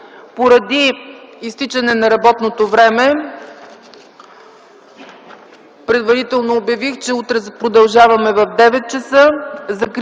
Поради изтичане на работното време, предварително обявих, че утре продължаваме в 9,00 ч.